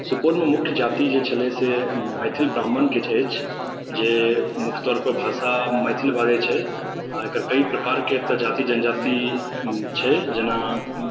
सुपौल मे मुख्य जाति जे छलै हँ से मैथिल ब्राह्मण के अछि जे मुख्य तौर पर भाषा मैथिल बाजै छै आ एकर कई प्रकार के एतऽ जाति जनजाति छै जेना